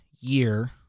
year